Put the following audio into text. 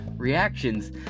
Reactions